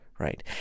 Right